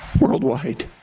Worldwide